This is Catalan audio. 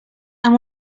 amb